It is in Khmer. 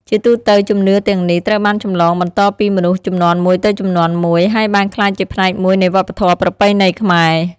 ជាទូទៅ ជំនឿទាំងនេះត្រូវបានចម្លងបន្តពីមនុស្សជំនាន់មួយទៅជំនាន់មួយ ហើយបានក្លាយជាផ្នែកមួយនៃវប្បធម៌ប្រពៃណីខ្មែរ។